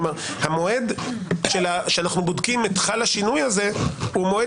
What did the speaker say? כלומר המועד שאנחנו בודקים את "חל השינוי" הזה הוא מועד